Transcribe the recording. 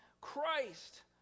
Christ